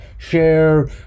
Share